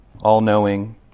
all-knowing